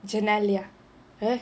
genelia !huh!